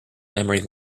memory